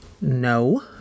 No